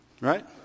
Right